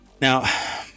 Now